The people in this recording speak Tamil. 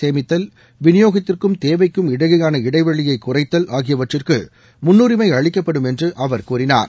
சேமித்தல் விநியோகத்திற்கும் தேவைக்கும் இடையேயான இடைவெளியை குறைத்தல் தண்ணீரை ஆகியவற்றிற்கு முன்னுரிமை அளிக்கப்படும் என்று அவர் கூறினார்